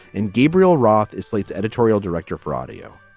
and gabriel roth is slate's editorial director for audio.